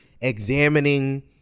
examining